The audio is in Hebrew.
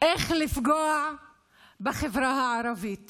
איך לפגוע בחברה הערבית